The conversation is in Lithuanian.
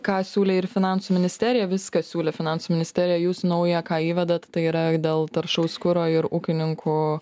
ką siūlė ir finansų ministerija viską siūlė finansų ministerija jūs naują ką įvedat tai yra dėl taršaus kuro ir ūkininkų